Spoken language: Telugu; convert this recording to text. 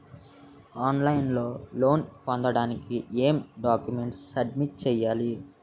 ఆన్ లైన్ లో లోన్ పొందటానికి ఎం డాక్యుమెంట్స్ సబ్మిట్ చేయాలి?